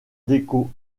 déco